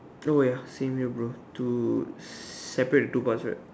oh ya same here bro two separate in two parts right